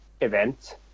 event